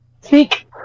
Speak